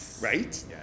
right